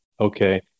okay